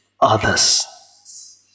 others